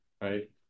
right